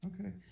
okay